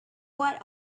what